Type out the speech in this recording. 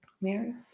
Mary